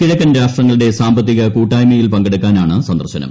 കിഴക്കൻ രാഷ്ട്രങ്ങളുടെ സാമ്പത്തിക കൂട്ടായ്മയിൽ പങ്കെടുക്കാനാണ് സന്ദർശനം